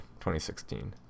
2016